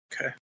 Okay